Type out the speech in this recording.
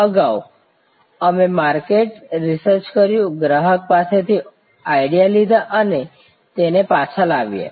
અગાઉ અમે market research કર્યું ગ્રાહક પાસેથી આઇડિયા લીધા અને તેને પાછા લાવ્યાં